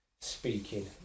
speaking